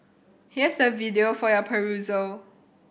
here's the video for your perusal